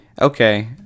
okay